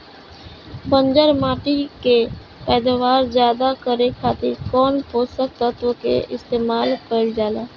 बंजर माटी के पैदावार ज्यादा करे खातिर कौन पोषक तत्व के इस्तेमाल कईल जाला?